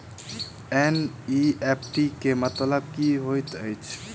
NEFT केँ मतलब की होइत अछि?